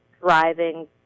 driving